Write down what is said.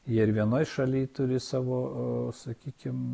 jie ir vienoj šaly turi savo sakykim